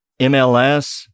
MLS